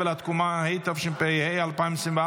התקומה וקביעתו כאזור מיקוד לאומי,